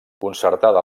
concertada